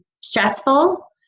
stressful